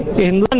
in